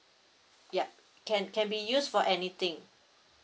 yup can can be used for anything